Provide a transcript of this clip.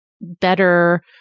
better